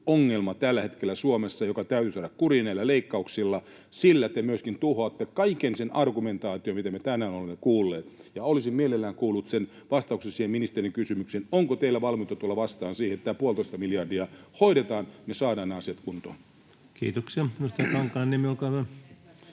on teille tällä hetkellä Suomessa se suurin ongelma, joka täytyy saada kuriin näillä leikkauksilla. Sillä te myöskin tuhoatte kaiken sen argumentaation, mitä me tänään olemme kuulleet, ja olisin mielelläni kuullut vastauksen siihen ministerin kysymykseen: Onko teillä valmiutta tulla vastaan siihen, että tämä puolitoista miljardia hoidetaan ja me saadaan nämä asiat kuntoon? [Sari Sarkomaa: